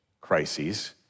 crises